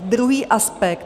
Druhý aspekt.